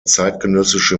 zeitgenössische